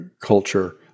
culture